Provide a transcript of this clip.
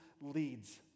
leads